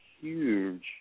huge